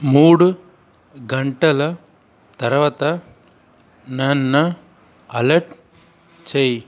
మూడు గంటల తర్వాత నన్ను అలెర్ట్ చేయి